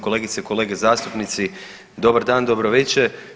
Kolegice i kolege zastupnici, dobar dan, dobro veče.